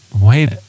wait